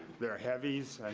they're heavies,